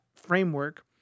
framework